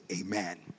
amen